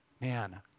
Man